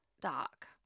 dock